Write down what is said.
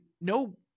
no